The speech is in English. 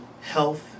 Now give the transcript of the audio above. health